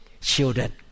children